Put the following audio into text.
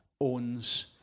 owns